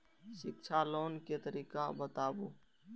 शिक्षा लोन के तरीका बताबू?